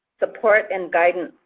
support and guidance,